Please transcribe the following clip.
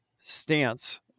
stance